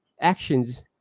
actions